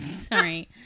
sorry